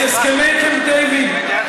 את הסכמי קמפ דייוויד.